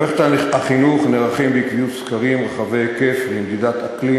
במערכת החינוך נערכים בעקביות סקרים רחבי-היקף למדידת אקלים